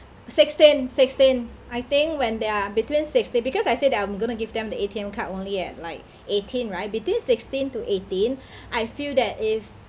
sixteen sixteen I think when they are between sixteen because I said that I'm gonna give them the A_T_M card only at like eighteen right between sixteen to eighteen I feel that if